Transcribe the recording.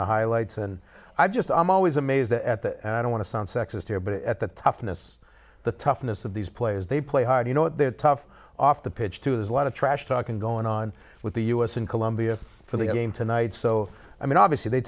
the highlights and i just i'm always amazed at the i don't want to sound sexist here but at the toughness the toughness of these players they play hard you know they're tough off the pitch to there's a lot of trash talking going on with the u s in colombia for the game tonight so i mean obviously they